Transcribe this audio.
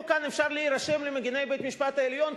כאן אפשר להירשם למגיני בית-המשפט העליון?